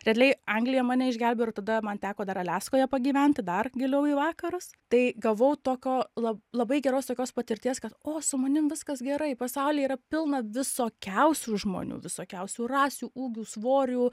realiai anglija mane išgelbėjo ir tada man teko dar aliaskoje pagyventi dar giliau į vakarus tai gavau tokio la labai geros tokios patirties kad o su manim viskas gerai pasaulyje yra pilna visokiausių žmonių visokiausių rasių ūgių svorių